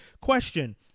question